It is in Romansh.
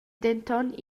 denton